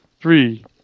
Three